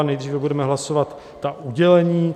Nejdříve budeme hlasovat udělení.